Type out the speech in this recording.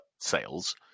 sales